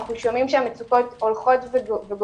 אנחנו שומעים שהמצוקות שלהם הולכות וגוברות,